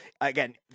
again